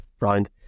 round